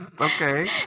Okay